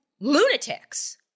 lunatics